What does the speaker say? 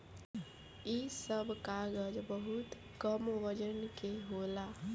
इ सब कागज बहुत कम वजन के होला